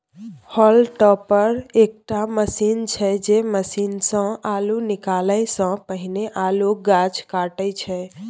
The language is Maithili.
हॉल टॉपर एकटा मशीन छै जे जमीनसँ अल्लु निकालै सँ पहिने अल्लुक गाछ काटय छै